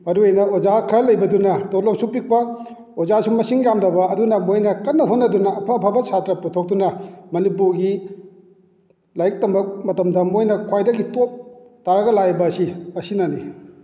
ꯃꯔꯨ ꯑꯣꯏꯅ ꯑꯣꯖꯥ ꯈꯔ ꯂꯩꯕꯗꯨꯅ ꯇꯣꯂꯣꯞꯁꯨ ꯄꯤꯛꯄ ꯑꯣꯖꯥꯁꯨ ꯃꯁꯤꯡ ꯌꯥꯝꯗꯕ ꯑꯗꯨꯅ ꯃꯣꯏꯅ ꯀꯟꯅ ꯍꯣꯠꯅꯗꯨꯅ ꯑꯐ ꯑꯐꯕ ꯁꯥꯇ꯭ꯔ ꯄꯨꯊꯣꯛꯇꯨꯅ ꯃꯅꯤꯄꯨꯔꯒꯤ ꯂꯥꯏꯔꯤꯛ ꯇꯝꯕ ꯃꯇꯝꯗ ꯃꯣꯏꯅ ꯈ꯭ꯋꯥꯏꯗꯒꯤ ꯇꯣꯞ ꯇꯥꯔꯒ ꯂꯥꯛꯏꯕ ꯑꯁꯤ ꯑꯁꯤꯅꯅꯤ